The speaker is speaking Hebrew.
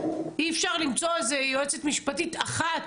אי אפשר למצוא יועצת משפטית אחת